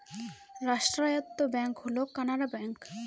রাষ্ট্রায়ত্ত ব্যাঙ্ক হল কানাড়া ব্যাঙ্ক